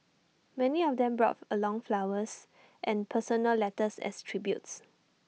many of them brought along flowers and personal letters as tributes